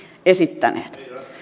esittäneet